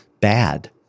bad